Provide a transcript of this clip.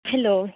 hello